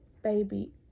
baby